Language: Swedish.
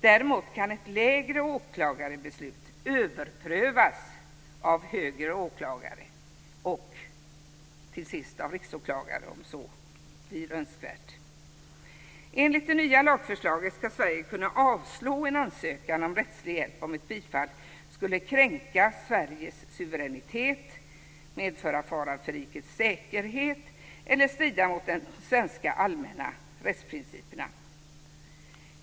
Däremot kan lägre åklagares beslut överprövas av högre åklagare och till sist av riksåklagare om så blir önskvärt. Enligt det nya lagförslaget ska Sverige kunna avslå en ansökan om rättslig hjälp om ett bifall skulle kränka Sveriges suveränitet, medföra fara för rikets säkerhet eller strida mot de allmänna svenska rättsprinciperna.